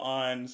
on